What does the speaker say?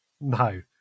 no